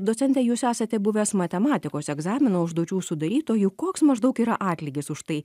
docente jūs esate buvęs matematikos egzamino užduočių sudarytoju koks maždaug yra atlygis už tai